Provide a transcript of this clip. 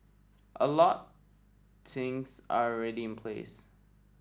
a lot things are already in place